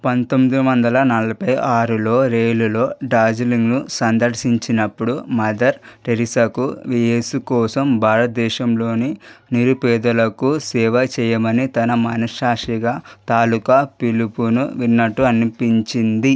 పంతొమ్మిది వందల నలభై ఆరులో రైలులో డార్జిలింగ్ను సందర్శించినప్పుడు మదర్ థెరిస్సాకు వీయేసు కోసం భారతదేశంలోని నిరుపేదలకు సేవ చేయమని తన మనస్సాక్షిగా తాలూకా పిలుపును విన్నట్టు అనిపించింది